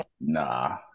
Nah